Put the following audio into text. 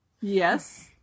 Yes